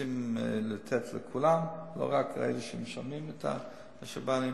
לתת לכולם ולא רק לאלה שמשלמים את השב"נים.